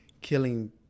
killing